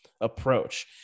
approach